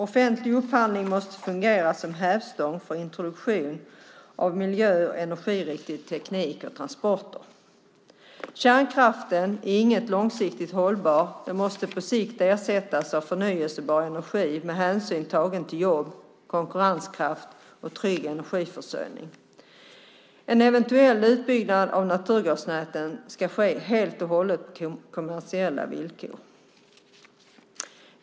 Offentlig upphandling måste fungera som hävstång för introduktion av miljö och energiriktig teknik och transporter. Kärnkraften är inte långsiktigt hållbar. Den måste på sikt ersättas av förnybar energi med hänsyn tagen till jobb, konkurrenskraft och trygg energiförsörjning. En eventuell utbyggnad av naturgasnäten ska ske helt och hållet på kommersiella villkor.